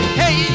hey